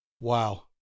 wow